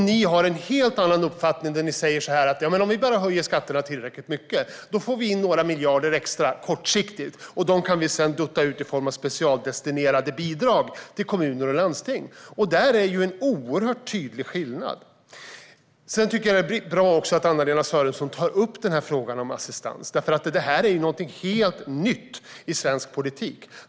Ni har en helt annan uppfattning: Om vi bara höjer skatterna tillräckligt mycket får vi kortsiktigt in några miljarder extra som vi sedan kan dutta ut i form av specialdestinerade bidrag till kommuner och landsting, menar ni. Där finns det en oerhört tydlig skillnad. Sedan tycker jag att det är bra att Anna-Lena Sörenson tar upp frågan om assistans. Här kan vi se någonting helt nytt i svensk politik.